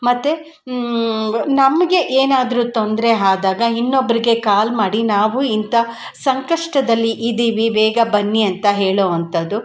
ಮತ್ತು ನಮಗೆ ಏನಾದರೂ ತೊಂದರೆ ಆದಾಗ ಇನ್ನೊಬ್ರಿಗೆ ಕಾಲ್ ಮಾಡಿ ನಾವು ಇಂಥ ಸಂಕಷ್ಟದಲ್ಲಿ ಇದ್ದೀವಿ ಬೇಗ ಬನ್ನಿ ಅಂತ ಹೇಳೋ ಅಂಥದ್ದು